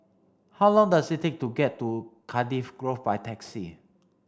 how long does it take to get to Cardiff Grove by taxi